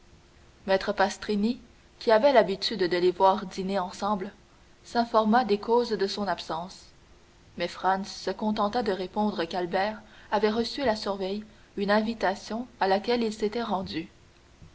maître pastrini qui avait l'habitude de les voir dîner ensemble s'informa des causes de son absence mais franz se contenta de répondre qu'albert avait reçu la surveille une invitation à laquelle il s'était rendu